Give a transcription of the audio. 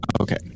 Okay